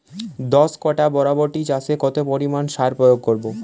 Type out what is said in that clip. দশ কাঠা বরবটি চাষে কত পরিমাণ সার প্রয়োগ করব?